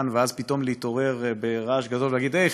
ואז פתאום להתעורר ברעש גדול ולהגיד: הי,